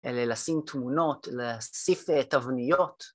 ‫אלה לשים תמונות, להוסיף תבניות.